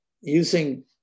using